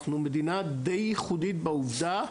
אנחנו מדינה די ייחודית בעובדה,